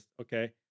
Okay